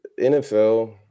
NFL